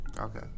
Okay